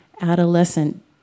adolescent